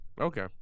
Okay